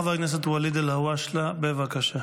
חבר הכנסת ואליד אלהואשלה, בבקשה.